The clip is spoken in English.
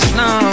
no